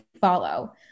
follow